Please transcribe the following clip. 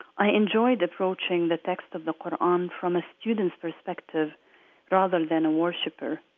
i enjoyed approaching the text of the qur'an from a student's perspective rather than a worshipper.